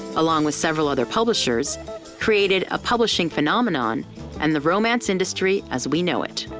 along with several other publishers created a publishing phenomenon and the romance industry as we know it.